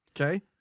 okay